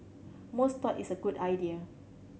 most thought its a good idea